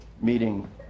meeting